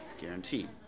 Guaranteed